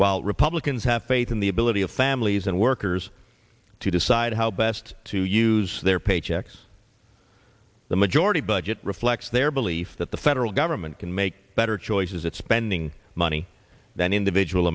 while republicans have faith in the ability of families and workers to decide how best to use their paychecks the majority budget reflects their belief that the federal government can make better choices at spending money than individual